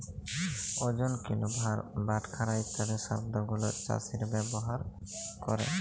ওজন, কিলো, ভার, বাটখারা ইত্যাদি শব্দ গুলো চাষীরা ব্যবহার ক্যরে